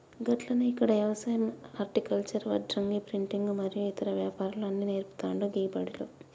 గట్లనే ఇక్కడ యవసాయం హర్టికల్చర్, వడ్రంగి, ప్రింటింగు మరియు ఇతర వ్యాపారాలు అన్ని నేర్పుతాండు గీ బడిలో